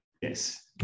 yes